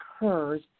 occurs